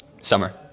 Summer